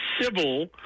civil